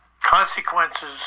Consequences